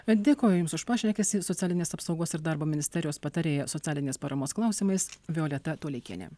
bet dėkoju jums už pašnekesį socialinės apsaugos ir darbo ministerijos patarėja socialinės paramos klausimais violeta toleikienė